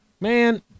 man